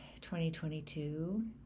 2022